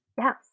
Yes